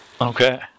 okay